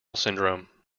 syndrome